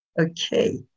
Okay